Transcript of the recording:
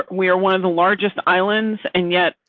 but we are one of the largest islands and yet.